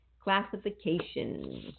Classification